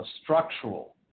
structural